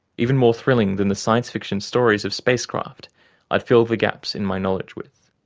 even more thrilling than the science-fiction stories of spacecraft i'd filled the gaps in my knowledge with.